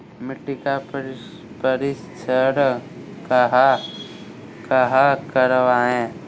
मिट्टी का परीक्षण कहाँ करवाएँ?